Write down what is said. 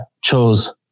chose